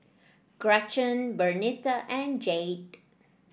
Gretchen Bernita and Jayde